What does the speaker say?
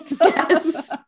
Yes